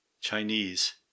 Chinese